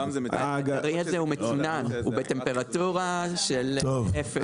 הטרי הזה הוא מצונן, הוא בטמפרטורה של אפס.